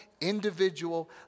individual